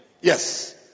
Yes